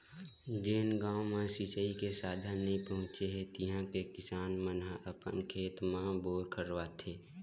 जेन गाँव म सिचई के साधन नइ पहुचे हे तिहा के किसान मन ह अपन खेत म बोर करवाथे